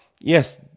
yes